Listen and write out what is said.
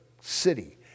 city